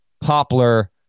Poplar